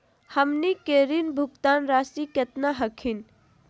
हमनी के ऋण भुगतान रासी केतना हखिन?